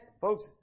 folks